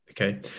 okay